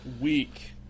week